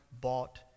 bought